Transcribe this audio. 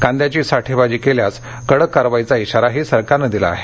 कांद्याची साठेबाजी केल्यास कडक कारवाईचा इशाराही सरकारनं दिला आहे